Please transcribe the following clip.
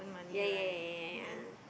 yeah yeah yeah yeah yeah yeah